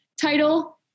title